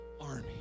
army